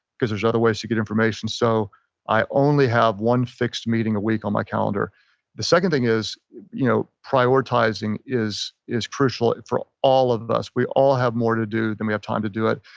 because there's other ways to get information. so i only have one fixed meeting a week on my calendar the second thing is you know prioritizing is is crucial for ah all of us. we all have more to do than we have time to do it.